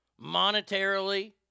monetarily